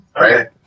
right